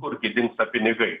kur gi pinigai